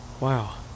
Wow